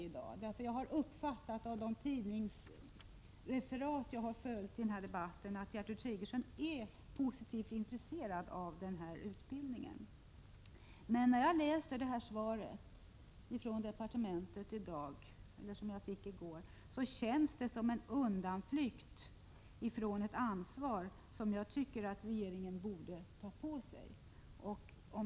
De tidningsuttalanden som jag har följt i den här debatten har jag uppfattat på det sättet att Gertrud Sigurdsen är positivt intresserad av denna utbildning, men när jag läste interpellationssvaret, som jag fick ta del av i går, kändes det som en undanflykt från det ansvar som jag tycker att regeringen borde ta.